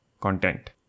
content